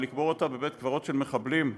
ולקבור אותה בבית-קברות של מחבלים,